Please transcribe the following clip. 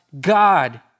God